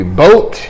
boat